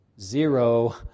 Zero